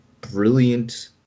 brilliant